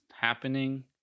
happening